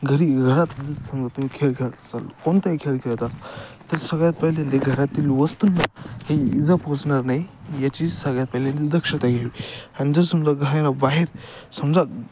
घरी घरात जर समजा तुम्ही खेळ खेळत असाल कोणताही खेळ खेळतात तर सगळ्यात पहिल्यांदा घरातील वस्तूंना काही इजा पोचणार नाही याची सगळ्यात पहिल्यांदा दक्षता घ्यावी आणि जर समजा घराबाहेर समजा